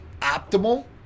optimal